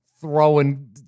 throwing